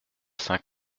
saint